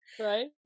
right